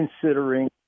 considering